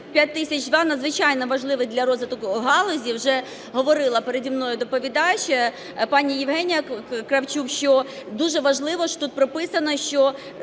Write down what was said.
5002 надзвичайно важливий для розвитку галузі. Вже говорила переді мною доповідач, пані Євгенія Кравчук, що дуже важливо, що тут прописано, що